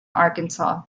arkansas